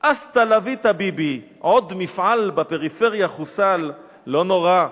אסטה לה ויטה ביבי/ עוד מפעל בפריפריה חוסל/ לא נורא,